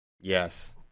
Yes